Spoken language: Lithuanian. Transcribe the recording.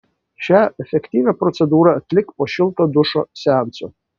šią efektyvią procedūrą atlik po šilto dušo seanso